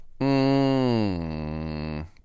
Mmm